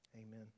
amen